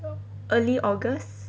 early august